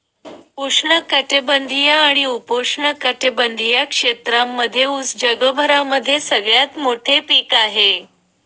उष्ण कटिबंधीय आणि उपोष्ण कटिबंधीय क्षेत्रांमध्ये उस जगभरामध्ये सगळ्यात मोठे पीक आहे